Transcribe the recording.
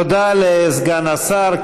תודה לסגן השר.